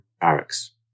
barracks